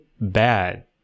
bad